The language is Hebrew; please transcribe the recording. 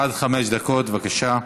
עד חמש דקות, בבקשה.